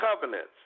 covenants